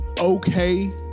okay